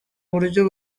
uburyo